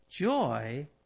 Joy